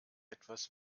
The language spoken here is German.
etwas